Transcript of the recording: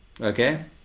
okay